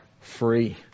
free